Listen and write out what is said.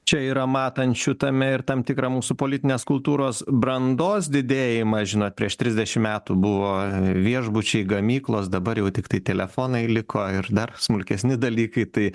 čia yra matančių tame ir tam tikra mūsų politinės kultūros brandos didėjimą žinot prieš trisdešimt metų buvo viešbučiai gamyklos dabar jau tiktai telefonai liko ir dar smulkesni dalykai tai